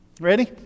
Ready